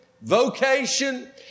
vocation